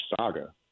saga